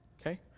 Okay